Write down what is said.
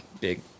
big